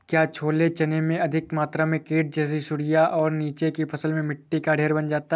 क्या छोले चने में अधिक मात्रा में कीट जैसी सुड़ियां और नीचे की फसल में मिट्टी का ढेर बन जाता है?